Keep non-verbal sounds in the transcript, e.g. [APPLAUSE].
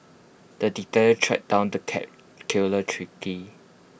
the detective tracked down the cat killer [UNINTELLIGIBLE]